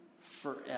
forever